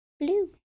Blue